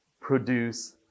produce